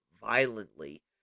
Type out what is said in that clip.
violently